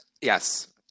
Yes